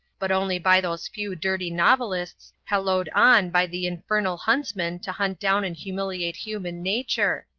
but only by those few dirty novelists hallooed on by the infernal huntsman to hunt down and humiliate human nature.